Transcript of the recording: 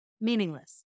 meaningless